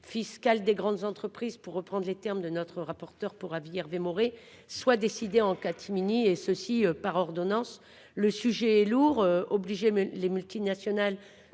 Fiscal des grandes entreprises pour reprendre les termes de notre rapporteur pour avis Hervé Maurey soit décidé en catimini et ceci par ordonnance. Le sujet est lourd obliger les multinationales